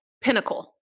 pinnacle